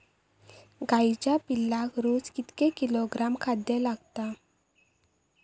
गाईच्या पिल्लाक रोज कितके किलोग्रॅम खाद्य लागता?